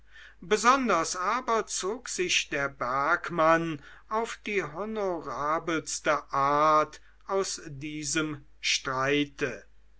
besonders aber zog sich der bergmann auf die honorabelste art aus diesem streite